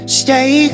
stay